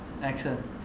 Excellent